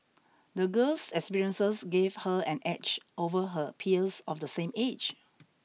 the girl's experiences gave her an edge over her peers of the same age